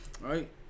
right